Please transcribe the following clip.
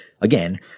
again—